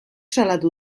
salatu